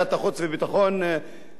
חבר הכנסת מאיר שטרית,